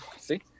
See